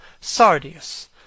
sardius